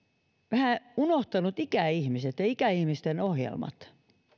vähän unohtanut ikäihmiset ja ikäihmisten ohjelmat